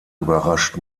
überrascht